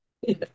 yes